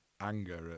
anger